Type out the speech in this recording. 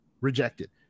rejected